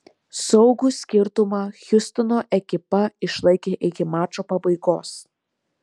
saugų skirtumą hjustono ekipa išlaikė iki mačo pabaigos